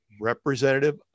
representative